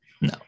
No